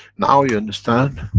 now you understand,